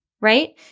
right